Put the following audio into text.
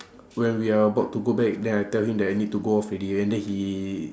when we are about to go back then I tell him that I need to go off already and then he